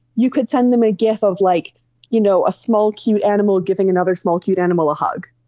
you could send them a gif of like you know a small, cute animal giving another small cute animal a hug,